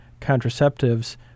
contraceptives